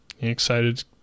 excited